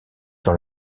dans